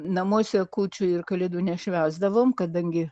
namuose kūčių ir kalėdų nešvęsdavom kadangi